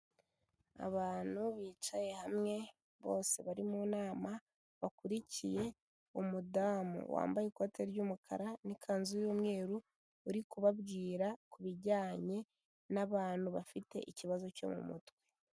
Abantu bicaye hamwe, bose bari mu nama bakurikiye umudamu wambaye ikoti ry'umukara n'ikanzu y'umweru, uri kubabwira kubijyanye n'abantu bafite ikibazo cyo mu mutwe.